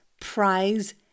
prize